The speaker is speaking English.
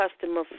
customer